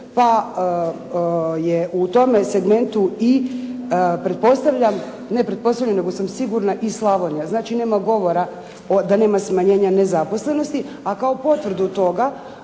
pa je u tome segmentu i pretpostavljam, ne pretpostavljam nego sam sigurna i Slavonija. Znači nema govora da nema smanjenje nezaposlenosti. A kao potvrdu toga,